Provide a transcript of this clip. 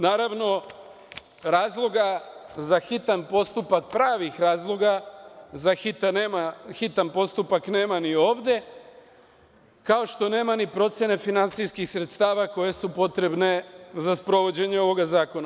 Naravno, razloga za hitan postupak, pravih razloga, nema ni ovde, kao što nema ni procene finansijskih sredstava koja su potrebna za sprovođenje ovog zakona.